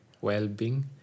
well-being